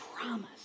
promise